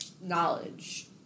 knowledge